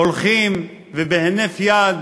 הולכים ובהינף יד